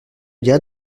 dirait